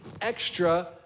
extra